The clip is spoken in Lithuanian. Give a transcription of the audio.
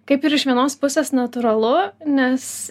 kaip ir iš vienos pusės natūralu nes